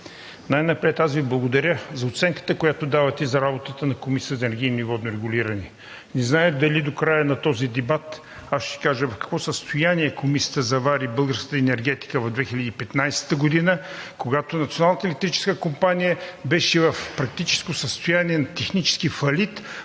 най-напред Ви благодаря за оценката, която давате на работата на Комисията за енергийно и водно регулиране. Не зная дали до края на този дебат ще кажа в какво състояние Комисията завари българската енергетика в 2015 г., когато Националната електрическа компания беше в практическо състояние на технически фалит